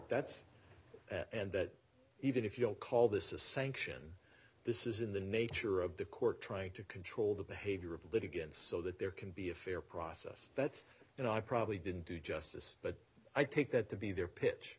that's and that even if you'll call this a sanction this is in the nature of the court trying to control the behavior of litigants so that there can be a fair process that you know i probably didn't do justice but i take that to be their pitch